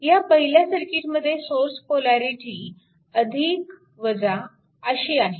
ह्या पहिल्या सर्किटमध्ये सोर्स पोलॅरिटी अशी आहे